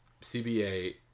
CBA